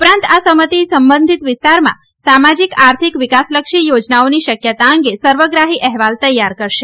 ઉપરાંત આ સમિતી સંબંધીત વિસ્તારમાં સામાજીક આર્થિક વિકાસલક્ષી યોજનાઓની શક્યતા અંગે સર્વગ્રાહી અહેવાલ તૈયાર કરશે